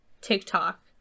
TikTok